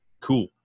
Cool